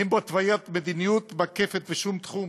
אין בו התוויית מדיניות מקפת בשום תחום,